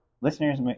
Listeners